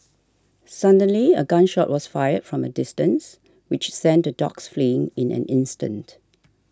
suddenly a gun shot was fired from a distance which sent the dogs fleeing in an instant